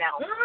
now